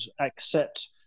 accept